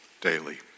daily